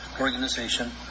organization